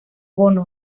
bono